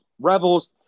Rebels